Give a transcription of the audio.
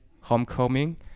homecoming